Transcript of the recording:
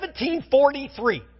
1743